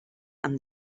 amb